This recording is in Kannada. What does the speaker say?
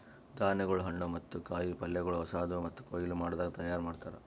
ಧಾನ್ಯಗೊಳ್, ಹಣ್ಣು ಮತ್ತ ಕಾಯಿ ಪಲ್ಯಗೊಳ್ ಹೊಸಾದು ಮತ್ತ ಕೊಯ್ಲು ಮಾಡದಾಗ್ ತೈಯಾರ್ ಮಾಡ್ತಾರ್